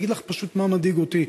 אני אגיד לך פשוט מה מדאיג אותי,